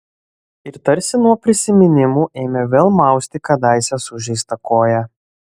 ir tarsi nuo prisiminimų ėmė vėl mausti kadaise sužeistą koją